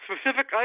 specific